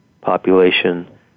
population